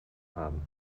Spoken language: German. haben